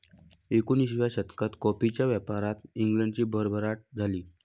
एकोणिसाव्या शतकात कॉफीच्या व्यापारात इंग्लंडची भरभराट झाली